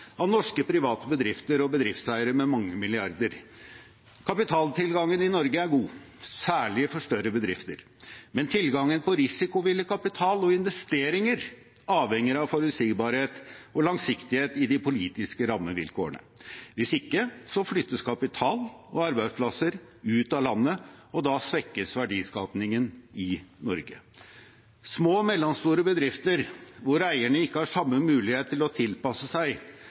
av norske private bedrifter og bedriftseiere med mange milliarder. Kapitaltilgangen i Norge er god, særlig for større bedrifter. Men tilgangen på risikovillig kapital og investeringer avhenger av forutsigbarhet og langsiktighet i de politiske rammevilkårene. Hvis ikke flyttes kapital og arbeidsplasser ut av landet, og da svekkes verdiskapingen i Norge. Små og mellomstore bedrifter hvor eierne ikke har samme mulighet til å tilpasse seg